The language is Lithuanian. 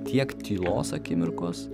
tiek tylos akimirkos